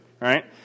right